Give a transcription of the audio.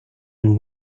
and